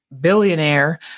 billionaire